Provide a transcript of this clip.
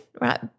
right